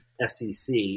sec